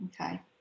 Okay